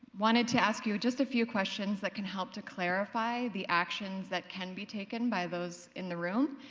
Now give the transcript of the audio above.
wanted to ask you just a few questions that can help to clarify the actions that can be taken by those in the room